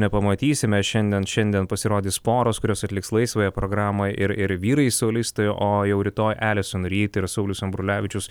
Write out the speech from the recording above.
nepamatysime šiandien šiandien pasirodys poros kurios atliks laisvąją programą ir ir vyrai solistai o jau rytoj elison rid ir saulius ambrulevičius